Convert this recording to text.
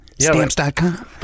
Stamps.com